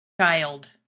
child